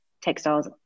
textiles